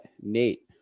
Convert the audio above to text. Nate